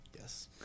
Yes